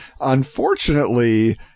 Unfortunately